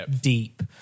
deep